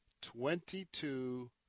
Twenty-two